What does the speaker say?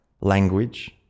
language